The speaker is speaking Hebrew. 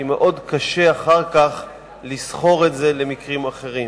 כי אחר כך מאוד קשה לסכור את זה במקרים אחרים.